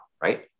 right